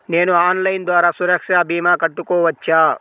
నేను ఆన్లైన్ ద్వారా సురక్ష భీమా కట్టుకోవచ్చా?